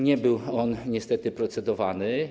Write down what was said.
Nie był on niestety procedowany.